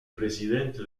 presidente